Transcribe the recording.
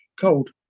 cold